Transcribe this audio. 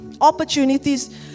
Opportunities